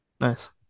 Nice